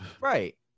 Right